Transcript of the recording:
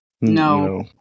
No